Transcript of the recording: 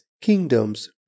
kingdoms